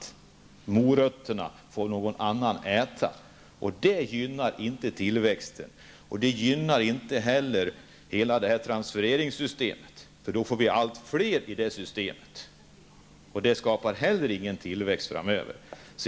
Morötterna får någon annan äta. Det här gynnar således inte tillväxten och inte heller transfereringssystemet, som ju skulle omfattas av allt fler. Därmed skapas, som sagt, ingen tillväxt framöver.